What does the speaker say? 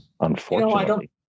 unfortunately